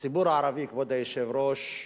הציבור הערבי, כבוד היושב-ראש,